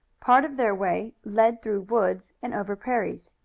part of their way led through woods and over prairies,